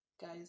Guys